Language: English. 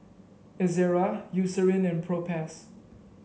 Ezerra Eucerin and Propass